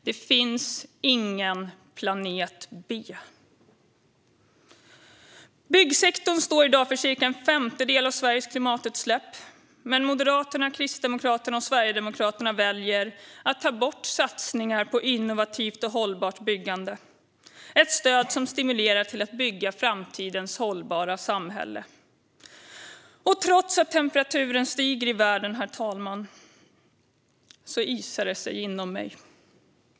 Det finns ingen planet B. Byggsektorn står i dag för cirka en femtedel av Sveriges klimatutsläpp, men Moderaterna, Kristdemokraterna och Sverigedemokraterna väljer att ta bort satsningar på innovativt och hållbart byggande, ett stöd som stimulerar till att bygga framtidens hållbara samhälle. Trots att temperaturen stiger i världen, herr talman, isar det sig inom mig.